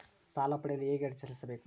ಸಾಲ ಪಡೆಯಲು ಹೇಗೆ ಅರ್ಜಿ ಸಲ್ಲಿಸಬೇಕು?